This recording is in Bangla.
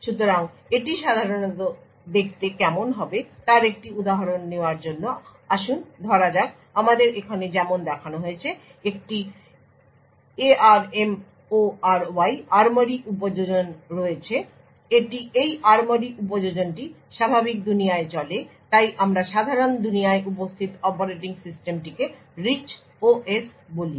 সুতরাং এটি সাধারণত দেখতে কেমন হবে তার একটি উদাহরণ নেওয়ার জন্য তাই আসুন ধরা যাক আমাদের এখানে যেমন দেখানো হয়েছে একটি ARMORY উপযোজন রয়েছে এই ARMORY উপযোজনটি স্বাভাবিক দুনিয়ায় চলে তাই আমরা সাধারণ দুনিয়ায় উপস্থিত অপারেটিং সিস্টেমটিকে রিচ OS বলি